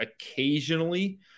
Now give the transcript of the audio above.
Occasionally